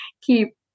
keep